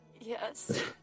Yes